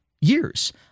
years